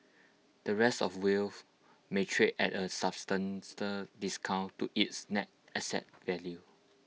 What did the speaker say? the rest of wharf may trade at A discount to its net asset value